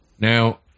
now